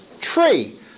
tree